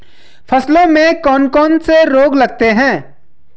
फसलों में कौन कौन से रोग लगते हैं?